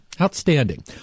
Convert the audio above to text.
Outstanding